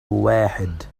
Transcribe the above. واحد